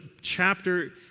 chapter